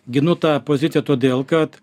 ginu tą poziciją todėl kad